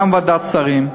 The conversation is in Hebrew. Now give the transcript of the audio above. גם ועדת השרים,